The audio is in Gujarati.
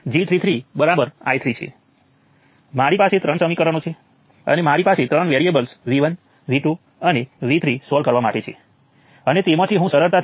તેથી હવે મારે આને ઇન્વર્ટ કરવું પડશે અને તે એકદમ સરળ છે